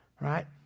right